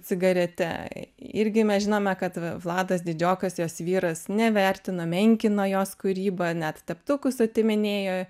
cigarete irgi mes žinome kad vladas didžiokas jos vyras nevertino menkino jos kūrybą net teptukus atiminėjo